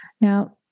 Now